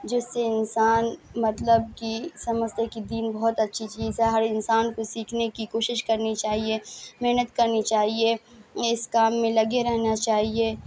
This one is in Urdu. جس سے انسان مطلب کہ سمجھتے ہے کہ دین بہت اچھی چیز ہے ہر انسان کو سیکھنے کی کوشش کرنی چاہیے محنت کرنی چاہیے اس کام میں لگے رہنا چاہیے